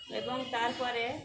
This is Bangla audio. এবং তার পরে